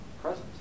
presence